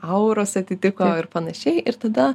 auros atitiko ir panašiai ir tada